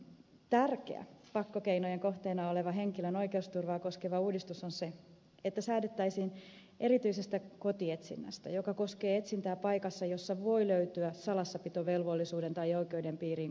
tärkeä pakkokeinojen kohteena oleva henkilön oikeusturvaa koskeva uudistus on se että säädettäisiin erityisestä kotietsinnästä joka koskee etsintää paikassa jossa voi löytyä salassapitovelvollisuuden tai oikeuden piiriin kuuluvaa tietoa